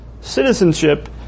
citizenship